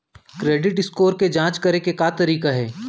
Credit score के जाँच करे के का तरीका हे?